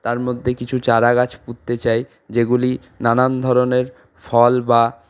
তার মধ্যে কিছু চারাগাছ পুঁততে চাই যেগুলি নানান ধরনের ফল বা